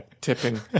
tipping